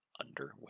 underway